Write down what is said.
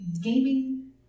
Gaming